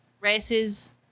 Races